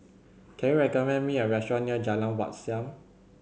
can you recommend me a restaurant near Jalan Wat Siam